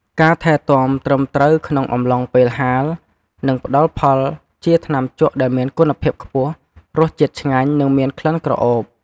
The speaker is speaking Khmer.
ការថែទាំត្រឹមត្រូវក្នុងអំឡុងពេលហាល នឹងផ្តល់ផលជាថ្នាំជក់ដែលមានគុណភាពខ្ពស់ រសជាតិឆ្ងាញ់ និងមានក្លិនក្រអូប។